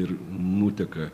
ir nuteka